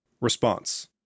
Response